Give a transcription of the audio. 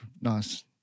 nice